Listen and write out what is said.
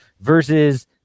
versus